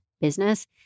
Business